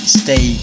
stay